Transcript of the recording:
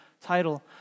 title